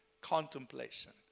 Contemplation